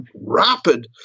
rapid